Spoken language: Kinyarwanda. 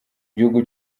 gihugu